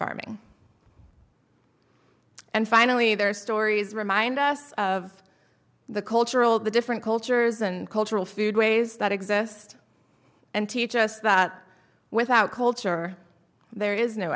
farming and finally their stories remind us of the cultural the different cultures and cultural food ways that exist and teach us that without culture there is no